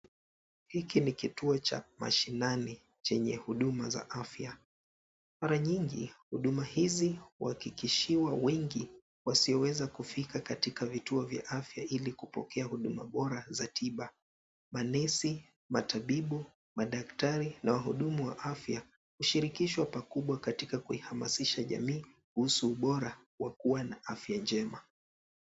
Hiki ni kituo cha mashinani, chenye huduma za afya. Mara nyingi ,huduma hizi kuhakikishiwa wengi, wasioweza kufika katika vituo vya afya ili kupokea huduma bora za tiba. Manesi, matabibu, madaktari na wahudumu wa afya, hushirikishwa pakubwa katika kuihamasisha jamii ,kuhusu ubora wa kuwa na afya njema.